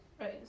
Right